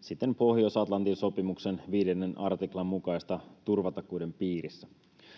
siten Pohjois-Atlantin sopimuksen 5 artiklan mukaisten turvatakuiden piirissä.